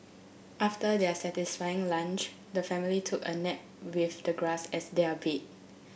after their satisfying lunch the family took a nap with the grass as their bed